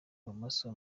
bumoso